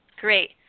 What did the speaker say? Great